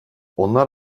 onlar